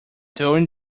during